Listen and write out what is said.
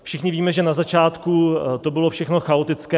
Všichni víme, že na začátku to bylo všechno chaotické.